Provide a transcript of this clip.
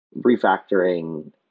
refactoring